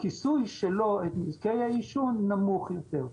הכיסוי שלו את נזקי העישון, נמוך יותר.